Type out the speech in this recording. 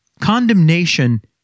Condemnation